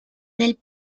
del